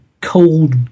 cold